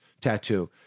tattoo